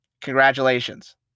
Congratulations